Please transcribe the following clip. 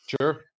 Sure